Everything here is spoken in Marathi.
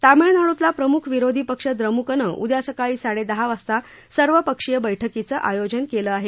तामिळनाडूतला प्रमुख विरोधी पक्ष द्रमुकने उद्या सकाळी साडेदहा वाजता सर्वपक्षीय बैठकीचं आयोजन केलं आहे